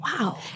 Wow